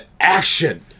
action